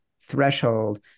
threshold